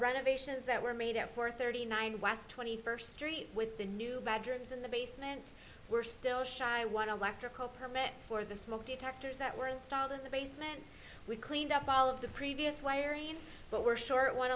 renovations that were made at four thirty nine west twenty first street with the new bedrooms in the basement we're still shy i want to permit for the smoke detectors that were installed in the basement we cleaned up all of the previous wiring but we're short